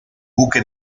buque